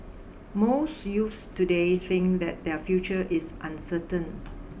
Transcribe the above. most youth today think that their future is uncertain